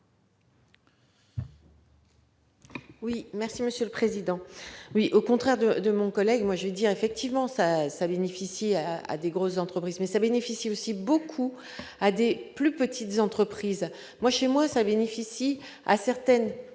Oui, merci Monsieur le Président, oui au contraire de de mon collègue, moi j'ai dit, effectivement, ça ça bénéficie à des grosses entreprises mais ça bénéficie aussi beaucoup à des plus petites entreprises moi chez moi ça bénéficie à certaines petites